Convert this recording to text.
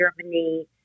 Germany